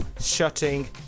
shutting